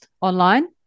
online